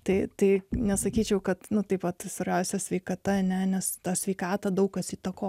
tai tai nesakyčiau kad nuo taip pat prasta sveikata nes ta sveikata daug kas įtakos